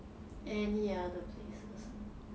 any other places ah